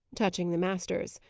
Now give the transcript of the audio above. touching the master's.